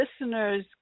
listeners